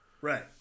Right